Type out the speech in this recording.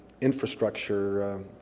infrastructure